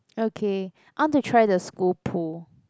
okay I want to try the school pool